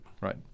Right